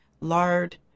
lard